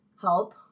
help